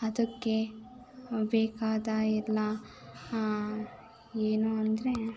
ಅದಕ್ಕೆ ಬೇಕಾದ ಎಲ್ಲ ಏನು ಅಂದ್ರೆ